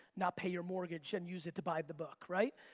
not pay your mortgage and use it to buy the book, right?